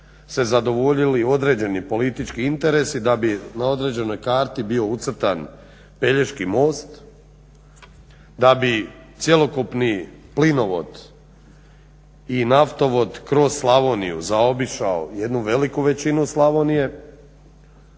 se zadovoljili određeni politički interesi, da bi na određenoj karti bio ucrtan Pelješki most, da bi cjelokupni plinovod i naftovod kroz Slavoniju zaobišao jednu veliku većinu Slavonije